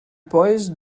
placed